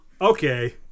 Okay